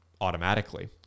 automatically